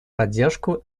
поддержку